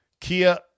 Kia